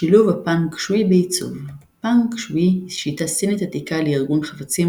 שילוב הפנג שווי בעיצוב פנג שווי היא שיטה סינית עתיקה לארגון חפצים